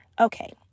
Okay